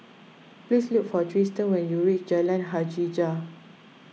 please look for Tristen when you reach Jalan Hajijah